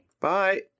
Bye